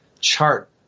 chart